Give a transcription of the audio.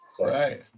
right